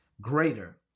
Greater